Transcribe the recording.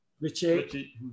Richie